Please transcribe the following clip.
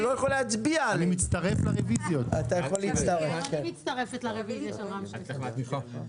גם אני מצטרפת לרביזיה של רם שפע.